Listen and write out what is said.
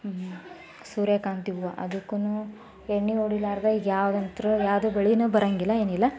ಸೂರ್ಯಕಾಂತಿ ಹೂವು ಅದಕ್ಕೂ ಎಣ್ಣೆ ಹೊಡೀಲಾರದೆ ಈಗ ಯಾವುದಂತು ಯಾವುದು ಬೆಳೇನು ಬರೋಂಗಿಲ್ಲ ಏನಿಲ್ಲ